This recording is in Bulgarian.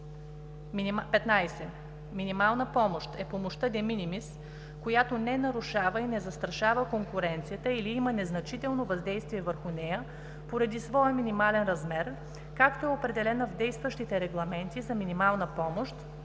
15. „Минимална помощ“ е помощта de minimis, която не нарушава и не застрашава конкуренцията или има незначително въздействие върху нея поради своя минимален размер, както е определена в действащите регламенти за минимална помощ,